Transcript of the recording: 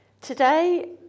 Today